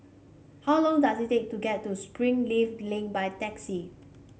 how long does it take to get to Springleaf Link by taxi